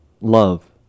love